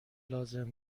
لازم